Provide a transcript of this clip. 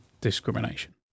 discrimination